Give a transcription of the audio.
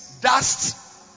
dust